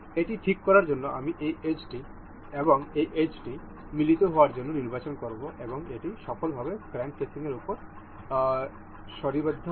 এটি ঠিক করার জন্য আমি এই এজটি এবং এই এজটি মিলিত হওয়ার জন্য নির্বাচন করব এবং এটি সফলভাবে ক্র্যাঙ্ক কেসিংয়ের উপর সারিবদ্ধ হয়